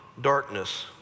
darkness